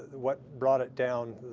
what brought it down,